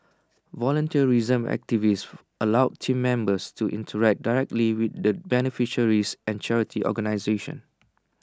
volunteerism activities allow Team Members to interact directly with the beneficiaries and charity organisations